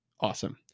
awesome